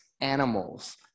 animals